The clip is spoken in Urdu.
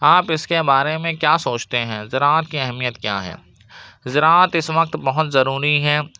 آپ اس کے بارے میں کیا سوچتے ہیں زراعت کی اہمیت کیا ہے زراعت اس وقت بہت ضروری ہے